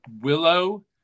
willow